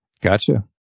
Gotcha